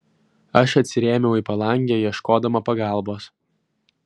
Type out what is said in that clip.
aš atsirėmiau į palangę ieškodama pagalbos